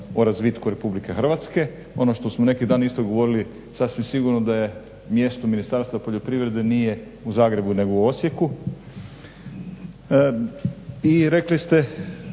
razvitku RH. Ono što smo neki dan isto govorili sasvim sigurno da je mjesto Ministarstva poljoprivrede nije u Zagrebu nego u Osijeku. I rekli ste